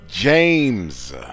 James